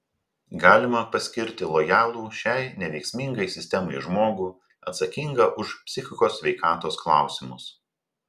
galima paskirti lojalų šiai neveiksmingai sistemai žmogų atsakingą už psichikos sveikatos klausimus